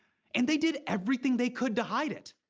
and they did everything they could to hide it.